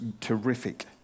terrific